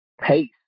pace